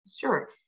Sure